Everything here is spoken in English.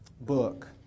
book